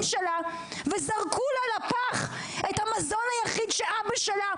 שלה וזרקו לה לפח את המזון היחיד שאבא שלה,